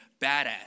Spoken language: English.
badass